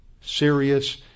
serious